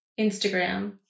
Instagram